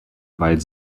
weil